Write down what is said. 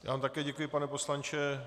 Já vám také děkuji, pane poslanče.